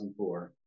2004